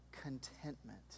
contentment